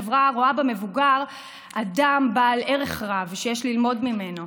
חברה הרואה במבוגר אדם בעל ערך רב ושיש ללמוד ממנו,